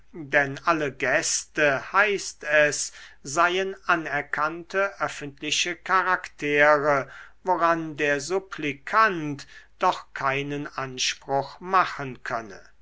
denn alle gäste heißt es seien anerkannte öffentliche charaktere woran der supplikant doch keinen anspruch machen könne